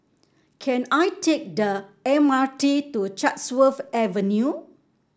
can I take the M R T to Chatsworth Avenue